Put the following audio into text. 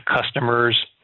customers